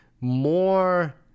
more